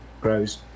grows